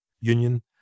Union